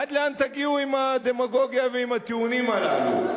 עד לאן תגיעו עם הדמגוגיה ועם הטיעונים הללו?